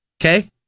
okay